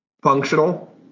functional